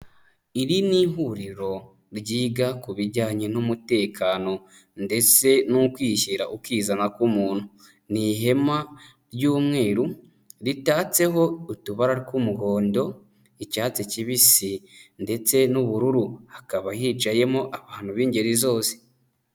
Iri ni ihuriro ryiga ku bijyanye n'umutekano ndetse n'ukwishyira ukizana k'umuntu. Ni ihema ry'umweru ritatseho utubara tw'umuhondo, icyatsi kibisi ndetse n'ubururu, hakaba hicayemo abantu b'ingeri zose.